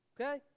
Okay